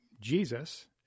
Jesus